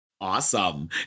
Awesome